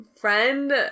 friend